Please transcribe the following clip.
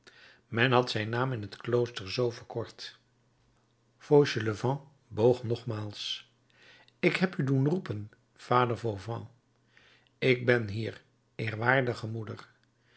men had zijn naam in t klooster zoo verkort fauchelevent boog nogmaals ik heb u doen roepen vader fauvent ik ben hier eerwaardige moeder